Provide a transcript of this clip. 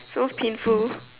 so painful